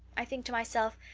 i think to myself,